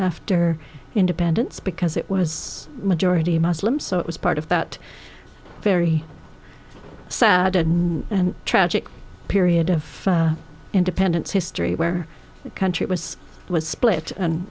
after independence because it was majority muslim so it was part of that very sad and tragic period of independence history where the country was was split and